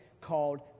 called